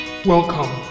Welcome